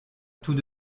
tout